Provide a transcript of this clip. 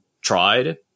tried